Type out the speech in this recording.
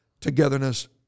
togetherness